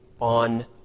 on